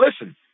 Listen